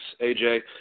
AJ